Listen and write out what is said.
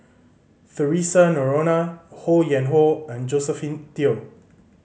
Theresa Noronha Ho Yuen Hoe and Josephine Teo